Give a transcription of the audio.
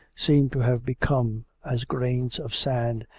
seemed to have become as grains of sand,